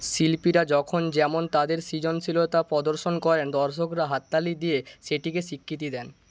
শিল্পীরা যখন যেমন তাদের সৃজনশীলতা প্রদর্শন করেন দর্শকরা হাততালি দিয়ে সেটিকে স্বীকৃতি দেন